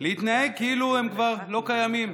להתנהג כאילו הם כבר לא קיימים,